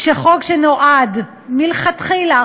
כשחוק שנועד מלכתחילה,